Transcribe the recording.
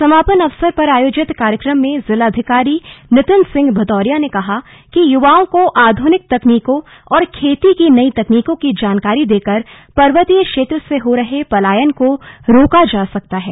समापन अवसर पर आयोजित कार्यक्रम में जिलाधिकारी नितिन सिंह भदौरिया ने कहा कि युवाओं को आध्रनिक तकनीकों और खेती की नई तकनीकों की जानकारी देकर पर्वतीय क्षेत्र से हो रहे पलायन को रोका जा सकता है